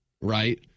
Right